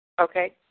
Okay